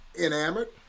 enamored